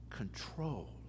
control